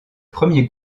premier